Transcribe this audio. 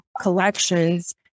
collections